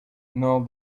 nor